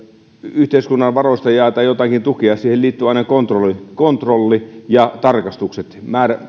yhteiskunnan varoista jaetaan joitakin tukia siihen liittyy aina kontrolli kontrolli ja tarkastukset